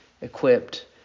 equipped